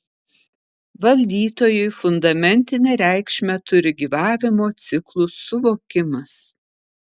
valdytojui fundamentinę reikšmę turi gyvavimo ciklų suvokimas